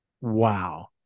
wow